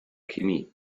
chemie